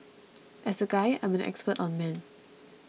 as a guy I'm an expert on men